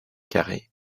carrés